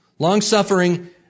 Long-suffering